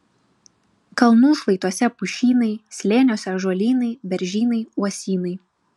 kalnų šlaituose pušynai slėniuose ąžuolynai beržynai uosynai